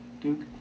Duke